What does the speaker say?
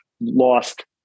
lost